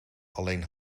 alleen